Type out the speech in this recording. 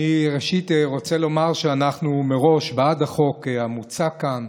אני ראשית רוצה לומר שאנחנו מראש בעד החוק המוצע כאן,